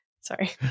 Sorry